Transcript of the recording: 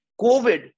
COVID